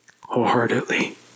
wholeheartedly